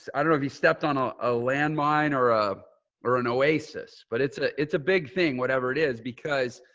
i don't know if you stepped on on a landmine or ah or an oasis, but it's ah it's a big thing, whatever it is, because